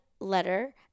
letter